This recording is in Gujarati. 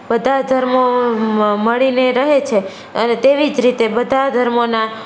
બધાં ધર્મો મળીને રહે છે અને તેવી જ રીતે બધાં ધર્મોના